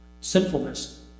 sinfulness